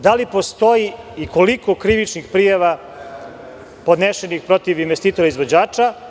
Da li postoji i koliko krivičnih prijava podnesenih protiv investitora izvođača?